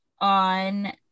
on